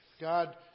God